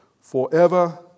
forever